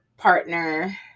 partner